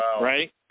right